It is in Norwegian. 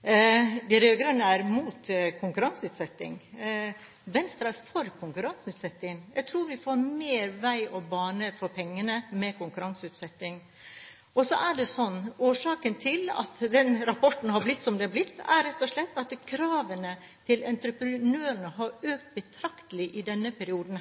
De rød-grønne er mot konkurranseutsetting. Venstre er for konkurranseutsetting. Jeg tror vi får mer vei og bane for pengene med konkurranseutsetting. Årsaken til at den rapporten har blitt som den er blitt, er rett og slett at kravene til entreprenørene har økt betraktelig i denne perioden,